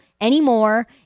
anymore